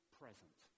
present